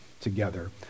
together